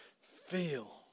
feel